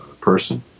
person